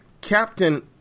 Captain